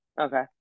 Okay